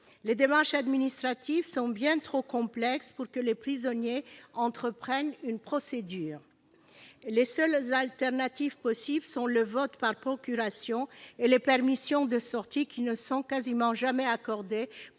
Les démarches administratives sont bien trop complexes pour que les prisonniers entreprennent une procédure. Les seules solutions de rechange possibles sont le vote par procuration et les permissions de sortie, qui ne sont quasiment jamais accordées